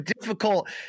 difficult